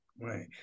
Right